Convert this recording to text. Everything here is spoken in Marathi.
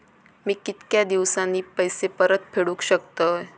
मी कीतक्या दिवसांनी पैसे परत फेडुक शकतय?